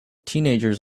teenagers